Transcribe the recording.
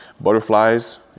butterflies